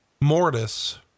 Mortis